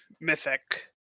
Mythic